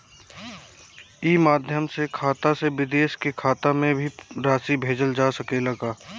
ई माध्यम से खाता से विदेश के खाता में भी राशि भेजल जा सकेला का?